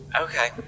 Okay